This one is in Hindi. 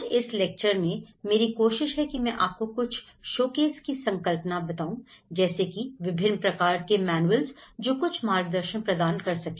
आज इस लेक्चर में मेरी कोशिश है कि मैं आपको कुछ शोकेस की संकल्पना बताऊं जैसे कि विभिन्न प्रकार के मैनुएल्स जो कुछ मार्गदर्शन प्रदान कर सकें